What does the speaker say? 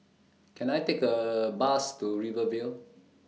Can I Take A Bus to Rivervale